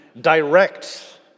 direct